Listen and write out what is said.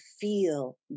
feel